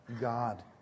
God